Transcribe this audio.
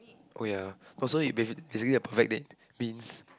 oh ya orh so it ba~ basically a perfect date means